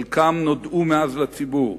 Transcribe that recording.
חלקם נודעו מאז לציבור,